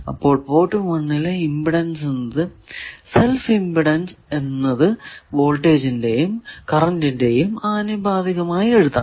അപ്പോൾ പോർട്ട് 1 ലെ ഇമ്പിഡൻസ് എന്നത് സെൽഫ് ഇമ്പിഡൻസ് എന്നത് വോൾട്ടേജിന്റെയും കറന്റിന്റെയും അനുപാതമായി എഴുതാം